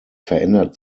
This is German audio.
verändert